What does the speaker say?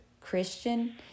Christian